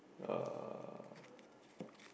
uh